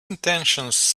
intentions